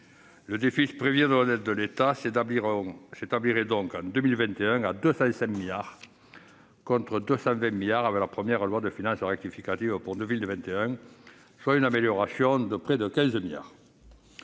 Le déficit prévisionnel de l'État s'établirait donc en 2021 à 205 milliards d'euros, contre 220 milliards d'euros avec la première loi de finances rectificative pour 2021, soit une amélioration de près de 15 milliards